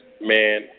man